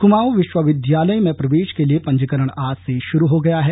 कमाऊं विश्वविद्यालय में प्रवेश के लिए पंजीकरण आज से शुरू हो गए हैं